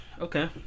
Okay